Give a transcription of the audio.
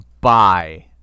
bye